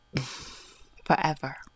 Forever